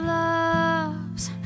loves